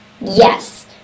yes